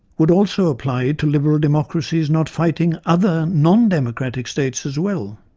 would also apply to liberal democracies not fighting other non-democratic states as well.